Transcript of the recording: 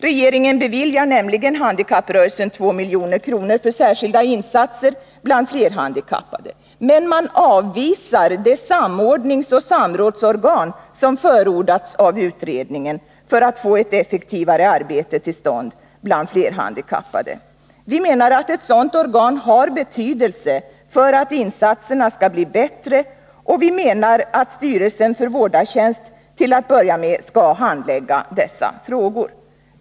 Regeringen beviljar nämligen handikapprörelsen 2 milj.kr. för särskilda insatser bland flerhandikappade. Men man avvisar det samordningsoch samrådsorgan som förordats av utredningen för att få ett effektivare arbete till stånd bland flerhandikappade. Vi menar att ett sådant organ har betydelse för att insatserna skall bli bättre, och vi anser att styrelsen för vårdartjänst till att börja med skall handlägga dessa frågor.